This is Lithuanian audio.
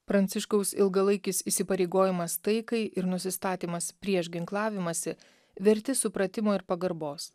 pranciškaus ilgalaikis įsipareigojimas taikai ir nusistatymas prieš ginklavimąsi verti supratimo ir pagarbos